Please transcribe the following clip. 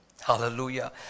Hallelujah